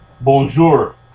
Bonjour